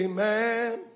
Amen